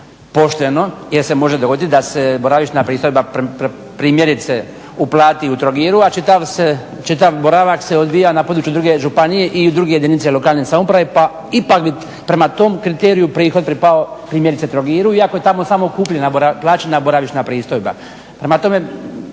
pošteno jer se može dogoditi da se boravišna pristojba primjerice uplati u Trogiru, a čitav boravak se odvija na području druge županije i druge jedinice lokalne samouprave pa ipak bi prema tom kriteriju prihod pripao primjerice Trogiru iako je tamo samo plaćena boravišna pristojba.